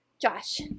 Josh